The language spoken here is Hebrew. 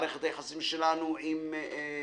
מערכת היחסים שלנו הטורקים.